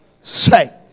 say